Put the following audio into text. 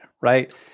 right